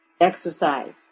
exercise